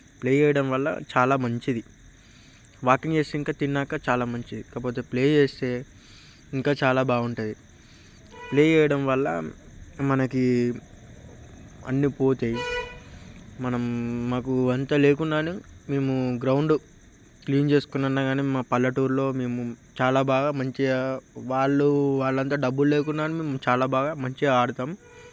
play చేయడం వలన చాలా మంచిది వాకింగ్ చేస్తే ఇంకా తిన్నాక చాలా మంచిది కాకపోతే ప్లే చేస్తే ఇంకా చాలా బాగుంటుంది ప్లే చేయడం వలన మనకి అన్ని పోతాయి మనం మాకు అంతలేకుండా కానీ మేము గ్రౌండ్ క్లీన్ చేసుకున్నా కానీ మా పల్లెటూరులో మేము చాలా బాగా మంచిగా వాళ్ళు వాళ్ళంతా డబ్బులు లేకున్నా కానీ మేము చాలా బాగా మంచిగా ఆడతాము